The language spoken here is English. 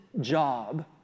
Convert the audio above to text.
job